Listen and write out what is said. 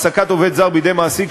אני מכבד את הכנסת ואת דיוני הוועדות,